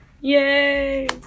yay